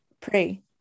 pray